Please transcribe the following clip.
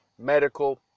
medical